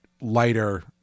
lighter